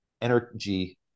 energy